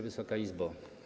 Wysoka Izbo!